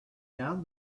down